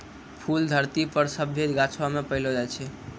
फूल धरती पर सभ्भे गाछौ मे पैलो जाय छै